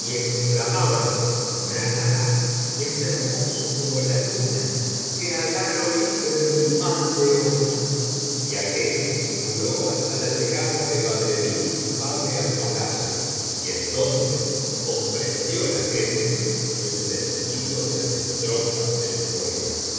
exclamaban por alah es hermoso como la luna que alah lo libre biblioteca valenciana generalitat valenciana historia del visir nureddin del mal de ojo y aquello duró hasta la llegada de badreddin y su padre al palacio y entonces comprendió la gente el sentido de las estrofas del poeta